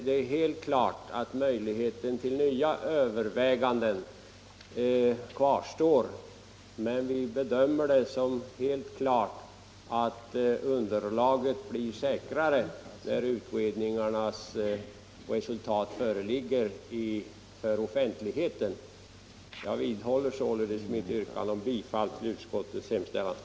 Det är helt klart att möjligheten till nya överväganden kvarstår, men vi bedömer det så att det kommer att finnas ett säkrare underlag när utredningarnas resultat föreligger för offentligheten. Jag vidhåller således mitt yrkande om bifall till utskottets hemställan.